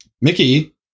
Mickey